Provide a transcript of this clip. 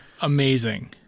amazing